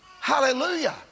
Hallelujah